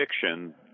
fiction